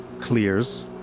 clears